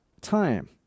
time